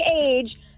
age